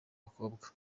bakobwa